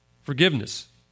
Forgiveness